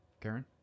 Karen